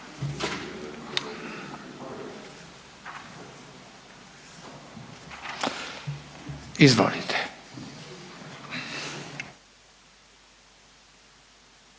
Izvolite.